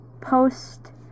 post